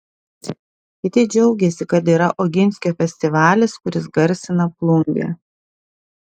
kiti džiaugiasi kad yra oginskio festivalis kuris garsina plungę